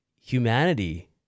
humanity